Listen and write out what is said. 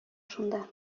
шунда